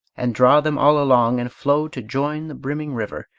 and draw them all along, and flow to join the brimming river,